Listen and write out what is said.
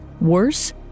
worse